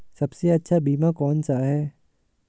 सबसे अच्छा बीमा कौनसा है?